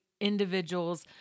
individuals